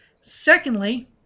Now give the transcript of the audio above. Secondly